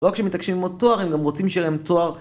לא רק שמתעקשים ללמוד תואר, הם גם רוצים שיהיה להם תואר